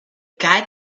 guy